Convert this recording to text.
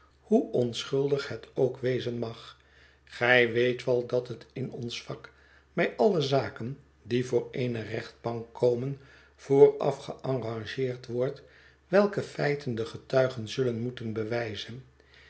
hoe onschuldig het ook wezen mag gij weet wel dat het in ons vak bij alle zaken die voor eene rechtbank komen vooraf gearrangeerd wordt welke feiten de getuigen zullen moeten bewijzen